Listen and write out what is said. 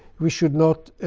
we should not